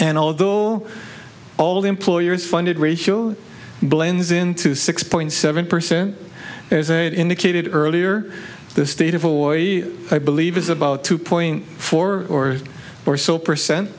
and although all employers funded ratio blends into six point seven percent indicated earlier the state of hawaii i believe is about two point four or so percent